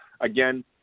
again